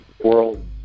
world